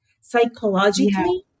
psychologically